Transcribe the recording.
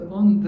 on